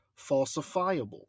falsifiable